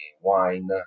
wine